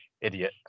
idiot